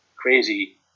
Crazy